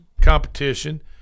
competition